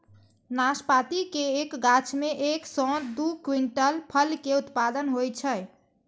नाशपाती के एक गाछ मे एक सं दू क्विंटल फल के उत्पादन होइ छै